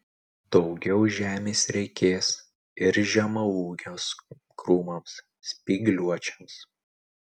daugiau žemės reikės ir žemaūgiams krūmams spygliuočiams